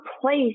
place